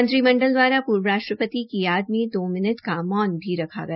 मंत्रिमंडल द्वारा पूर्व राष्ट्रपति की याद में दो मिनट का मौन रखा गया